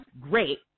great